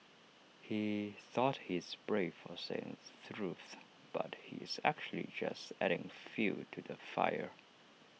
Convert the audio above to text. he thought he's brave for saying truth but he's actually just adding fuel to the fire